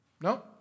No